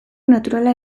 naturala